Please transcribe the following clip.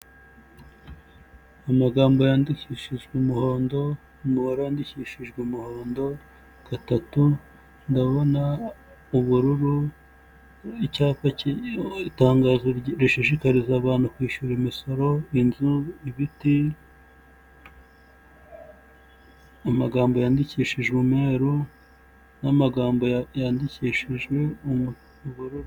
Amagambo yandikishijwe umuhondo, umubare wandikishijwe umuhondo gatatu, ndabona ubururu, icyapa kiri, itangazo rishishikariza abantu kwishyura umusoro, inzu , ibiti, mu magambo yandikishijwe umweru n'amagambo yandikishijwe ubururu...